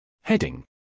Heading